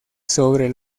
sobre